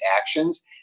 actions